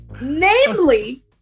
Namely